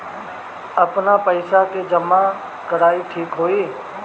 आपन पईसा के जमा कईल ठीक होई?